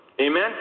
amen